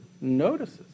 notices